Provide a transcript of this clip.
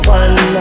one